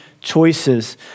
choices